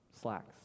Slacks